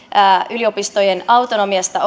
yliopistojen autonomiasta